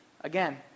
Again